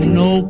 no